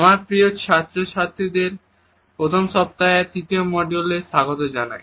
আমার প্রিয় ছাত্রছাত্রীদের প্রথম সপ্তাহের তৃতীয় মডিউলে স্বাগত জানাই